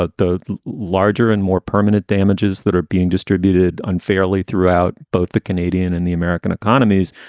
ah the larger and more permanent damages that are being distributed unfairly throughout both the canadian and the american economies.